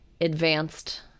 advanced